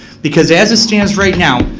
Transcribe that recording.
because as it stand right now,